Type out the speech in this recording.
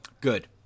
Good